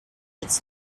its